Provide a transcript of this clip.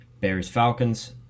Bears-Falcons